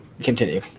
continue